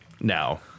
now